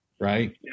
right